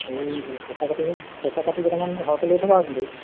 এই পইচা পাতি পইচা পাতি কেটামান সৰহকৈ লৈ থ'বা কিন্তু